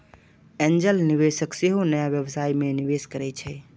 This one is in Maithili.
एंजेल निवेशक सेहो नया व्यवसाय मे निवेश करै छै